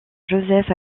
joseph